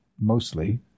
mostly